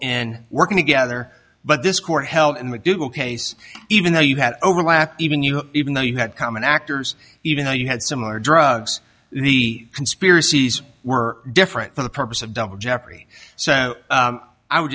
in working together but this court held in mcdougal case even though you had overlap even you even though you had common actors even though you had similar drugs the conspiracies were different for the purpose of double jeopardy so i would